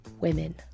women